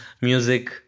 music